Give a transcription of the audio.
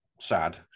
sad